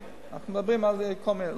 אנחנו מדברים על כל מיני שכר רופאים,